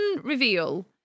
reveal